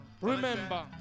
remember